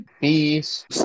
peace